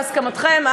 בהסכמתכם,